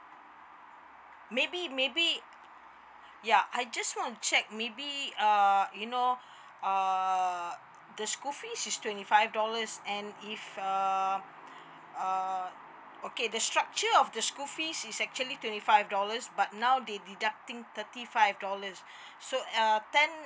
maybe maybe ya I just want to check maybe uh you know uh the school fee is twenty five dollars and if uh uh okay the structure of the school fees is actually twenty five dollars but now they deducting thirty five dollars so err ten